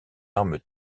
arme